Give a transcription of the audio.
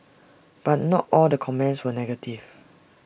but not all the comments were negative